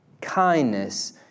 kindness